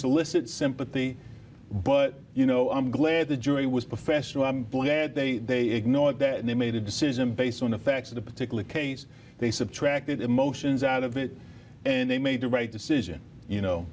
solicit sympathy but you know i'm glad the jury was professional i'm glad they ignore they made a decision based on the facts of the particular case they subtracted emotions out of it and they made the right decision you